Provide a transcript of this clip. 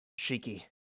Shiki